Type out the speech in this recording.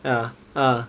ah ah